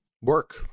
work